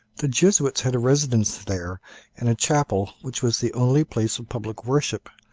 the jesuits had a residence there and a chapel which was the only place of public worship,